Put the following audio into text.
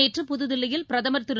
நேற்று புதுதில்லியில் பிரதமர் திரு